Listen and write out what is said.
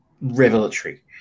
revelatory